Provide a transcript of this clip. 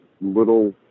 little